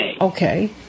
Okay